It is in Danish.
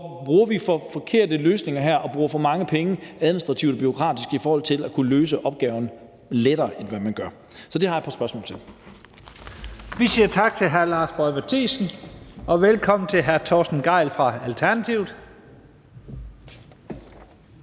Bruger vi forkerte løsninger her, og bruger vi for mange penge administrativt og bureaukratisk i forhold til at kunne løse opgaven lettere, end man gør nu? Så det har jeg et par spørgsmål til. Kl. 16:55 Første næstformand (Leif Lahn Jensen): Vi siger tak til hr. Lars Boje Mathiesen, og velkommen til hr. Torsten Gejl fra Alternativet.